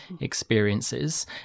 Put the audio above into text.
experiences